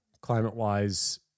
climate-wise